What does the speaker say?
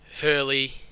Hurley